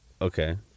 Okay